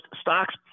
stocks